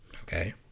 okay